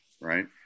right